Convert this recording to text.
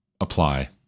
apply